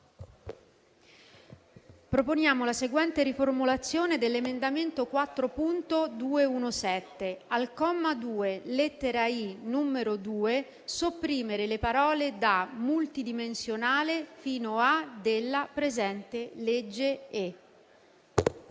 Proponiamo la seguente riformulazione dell'emendamento 4.217: al comma 2, lettera *i)*, numero 2, sopprimere le parole da «multidimensionale» fino a «della presente legge e».